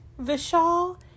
Vishal